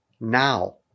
now